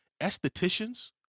estheticians